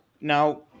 now